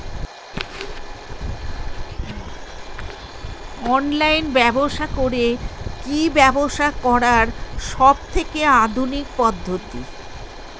Online ব্যবসা করে কি ব্যবসা করার সবথেকে আধুনিক পদ্ধতি?